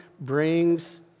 brings